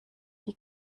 die